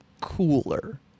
cooler